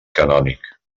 canònic